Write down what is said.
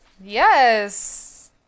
Yes